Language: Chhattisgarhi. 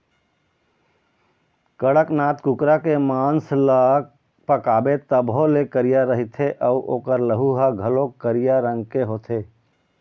कड़कनाथ कुकरा के मांस ल पकाबे तभो ले करिया रहिथे अउ ओखर लहू ह घलोक करिया रंग के होथे